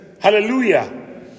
hallelujah